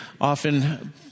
often